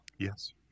Yes